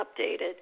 updated